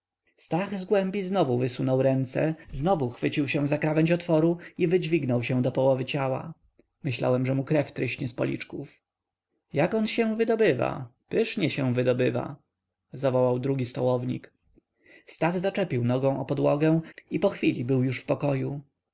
stach z głębi znowu wysunął ręce znowu chwycił się za krawędź otworu i wydźwignął się do połowy ciała myślałem że mu krew tryśnie z policzków jak on się wydobywa pysznie się wydobywa zawołał drugi stołownik stach zaczepił nogą o podłogę i po chwili był już w pokoju